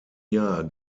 jahr